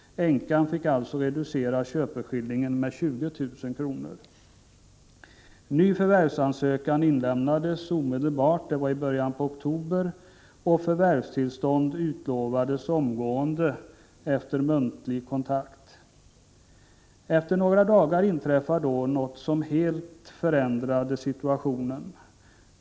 Änkan fick alltså reducera köpeskillingen med 20 000 kr. Ny förvärvsansökan inlämnades omedelbart i början av oktober, och förvärvstillstånd utlovades omgående efter muntlig kontakt. Efter några dagar inträffade dock något som helt förändrade situationen.